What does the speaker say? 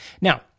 Now